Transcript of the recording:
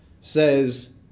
says